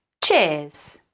cheers,